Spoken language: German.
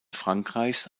frankreichs